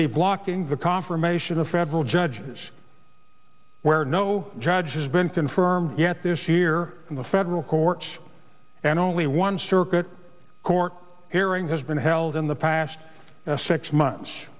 be blocking the confirmation of federal judges where no judge has been confirmed yet this year in the federal courts and only one circuit court hearing has been held in the past six months